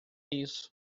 isso